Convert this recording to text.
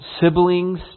siblings